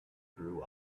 grew